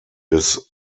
des